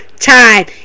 time